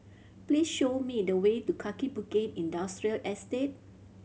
please show me the way to Kaki Bukit Industrial Estate